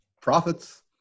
Profits